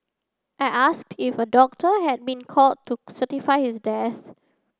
I asked if a doctor had been called to certify his death